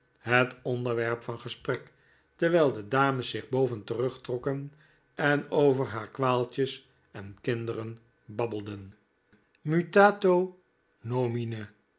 het onderwerp van gesprek terwijl de dames zich boven terugtrokken en over haar kwaaltjes en kinderen babbelden mutato nomine